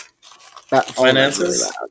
finances